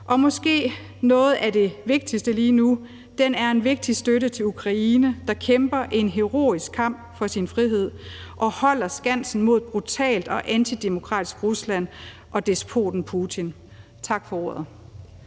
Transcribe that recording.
Måske er noget af det vigtigste lige nu, at den er en vigtig støtte til Ukraine, der kæmper en heroisk kamp for sin frihed og holder skansen mod et brutalt og antidemokratisk Rusland og despoten Putin. Tak for ordet.